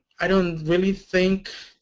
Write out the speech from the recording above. i don't really think